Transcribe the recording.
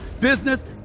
business